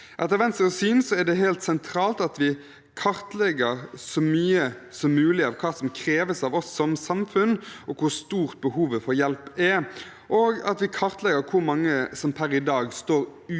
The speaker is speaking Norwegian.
Etter Venstres syn er det helt sentralt at vi kartlegger så mye som mulig av hva som kreves av oss som samfunn, og hvor stort behovet for hjelp er, og at vi kartlegger hvor mange som per i dag står uten